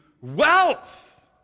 wealth